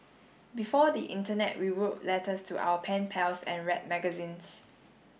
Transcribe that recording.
before the internet we wrote letters to our pen pals and read magazines